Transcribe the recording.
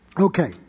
okay